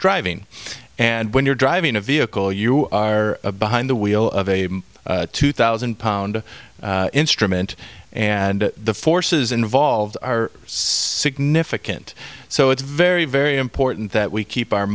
driving and when you're driving a vehicle you are behind the wheel of a two thousand pound instrument and the forces involved are significant so it's very very important that we keep our